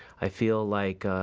i feel like,